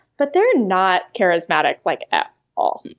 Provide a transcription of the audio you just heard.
but they're not charismatic, like at all.